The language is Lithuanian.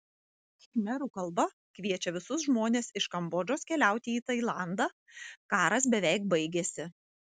khmerų kalba kviečia visus žmones iš kambodžos keliauti į tailandą karas beveik baigėsi